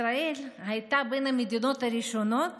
ישראל הייתה בין המדינות הראשונות